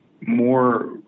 more